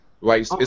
right